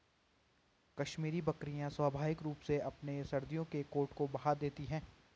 कश्मीरी बकरियां स्वाभाविक रूप से अपने सर्दियों के कोट को बहा देती है